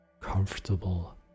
comfortable